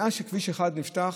מאז שכביש 1 נפתח,